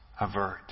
avert